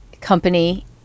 company